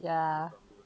yeah